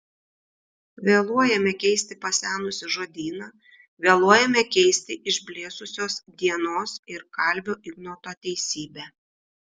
vėluojame keisti pasenusį žodyną vėluojame keisti išblėsusios dienos ir kalvio ignoto teisybę